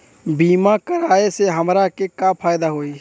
बीमा कराए से हमरा के का फायदा होई?